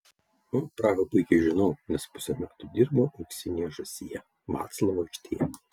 o prahą puikiai žinau nes pusę metų dirbau auksinėje žąsyje vaclavo aikštėje